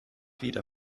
wieder